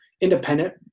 independent